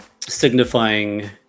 signifying